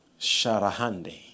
Sharahande